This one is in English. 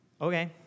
Okay